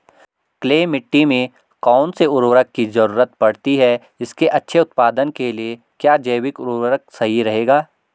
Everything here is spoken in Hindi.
क्ले मिट्टी में कौन से उर्वरक की जरूरत पड़ती है इसके अच्छे उत्पादन के लिए क्या जैविक उर्वरक सही रहेगा?